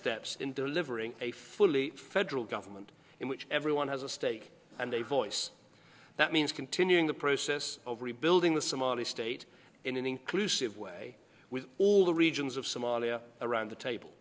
steps in delivering a fully federal government in which everyone has a stake and a voice that means continuing the process of rebuilding the somali state in an inclusive way with all the regions of somalia around the table